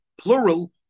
plural